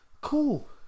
Cool